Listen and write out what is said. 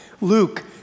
Luke